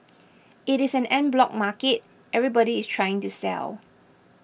it is an en bloc market everybody is trying to sell